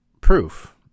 proof